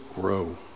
grow